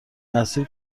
مسیر